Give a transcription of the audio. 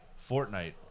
Fortnite